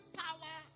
power